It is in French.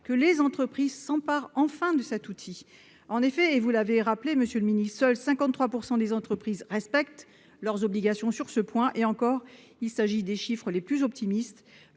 que les entreprises s'emparent enfin de cet outil. En effet, et vous l'avez rappelé, monsieur le ministre, seuls 53 % des entreprises respectent leurs obligations sur ce point- et encore s'agit-il des chiffres les plus optimistes.